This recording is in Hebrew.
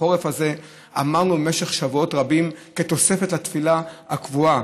בחורף הזה אמרנו במשך שבועות רבים כתוספת לתפילה הקבועה,